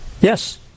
Yes